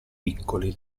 piccoli